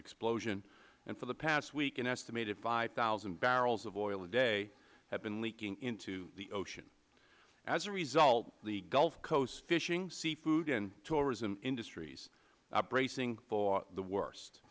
explosion and for the past week an estimated five thousand barrels of oil a day have been leaking into the ocean as a result the gulf coast fishing seafood and tourism industries are bracing for the worst